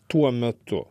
tuo metu